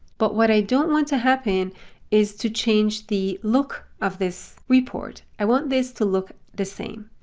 but what i don't want to happen is to change the look of this report. i want this to look the same.